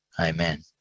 amen